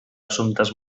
assumptes